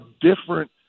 different